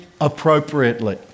appropriately